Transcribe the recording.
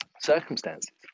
Circumstances